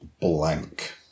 blank